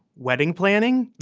wedding planning.